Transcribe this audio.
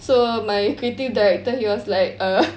so my creative director he was like err